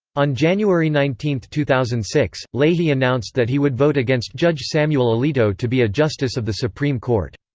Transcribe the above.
on january nineteen, two thousand and six, leahy announced that he would vote against judge samuel alito to be a justice of the supreme court.